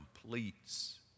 completes